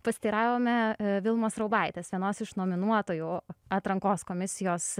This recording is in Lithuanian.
pasiteiravome vilmos raubaitės vienos iš nominuotojų atrankos komisijos